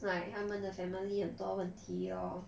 like 他们的 family 很多问题 lor